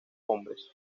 hombres